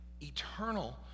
Eternal